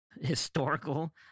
historical